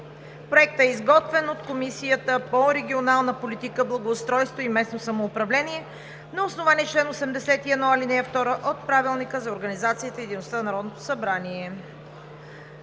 Проектът е изготвен от Комисията по регионална политика, благоустройство и местно самоуправление на основание чл. 81, ал. 2 от Правилника за организацията и